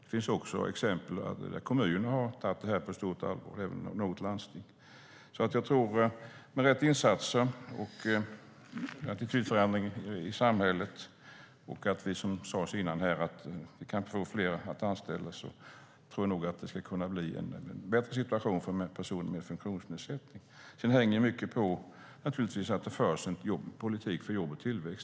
Det finns också exempel på kommuner och även något landsting som har tagit det här på stort allvar. Med rätt insatser och en attitydförändring i samhället och om vi kan få fler att anställa tror jag nog att det ska kunna bli en bättre situation för personer med funktionsnedsättning. Det hänger naturligtvis mycket på att det förs en politik för jobb och tillväxt.